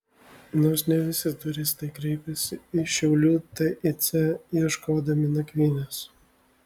nors ne visi turistai kreipiasi į šiaulių tic ieškodami nakvynės